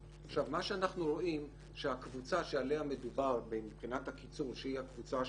מה שאנחנו רואים שהקבוצה שעליה מדובר בעניין הקיצור שהיא הקבוצה